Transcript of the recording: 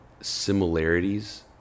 similarities